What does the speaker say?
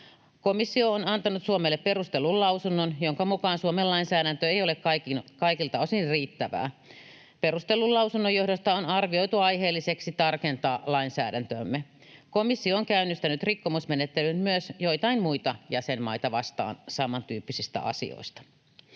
Komissio on antanut Suomelle perustellun lausunnon, jonka mukaan Suomen lainsäädäntö ei ole kaikilta osin riittävää. Perustellun lausunnon johdosta on arvioitu aiheelliseksi tarkentaa lainsäädäntöämme. Komissio on käynnistänyt rikkomusmenettelyn myös joitain muita jäsenmaita vastaan samantyyppisistä asioista.